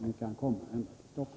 Ni kan komma ända till Stockholm.